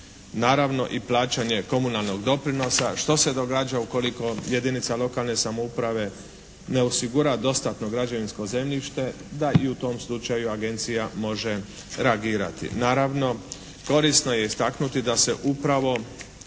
naravno i plaćanje komunalnog doprinosa, što se događa ukoliko jedinica lokalne samouprave ne osigura dostatno građevinsko zemljište da i u tom slučaju agencija može reagirati. Naravno korisno je istaknuti da se upravo